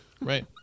Right